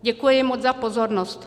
Děkuji moc za pozornost.